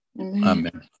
Amen